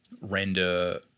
render